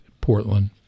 Portland